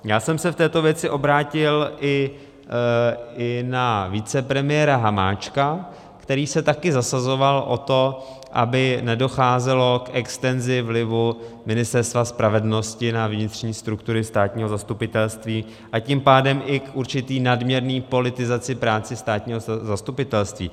Já jsem se v této věci obrátil i na vicepremiéra Hamáčka, který se taky zasazoval o to, aby nedocházelo k extenzi vlivu Ministerstva spravedlnosti na vnitřní struktury státního zastupitelství a tím pádem i k určité nadměrné politizaci v rámci státního zastupitelství.